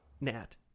Nat